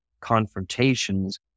confrontations